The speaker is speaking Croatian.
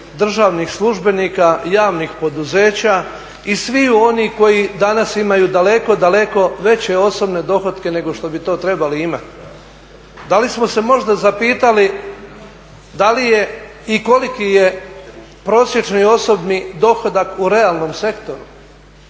državnih službenika, javnih poduzeća i sviju onih koji danas imaju daleko, daleko veće osobno dohotke nego što bi to trebali imati. Da li smo se možda zapitali da li je i koliki je prosječni osobni dohodak u realnom sektoru?